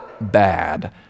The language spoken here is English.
bad